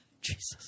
Jesus